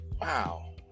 Wow